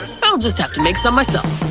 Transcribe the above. i'll just have to make some myself.